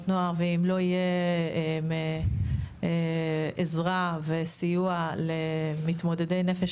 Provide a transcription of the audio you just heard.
נוער ולא יהיו עזרה וסיוע נכון למתמודדי נפש,